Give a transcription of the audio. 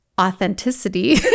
authenticity